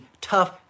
tough